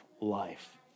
life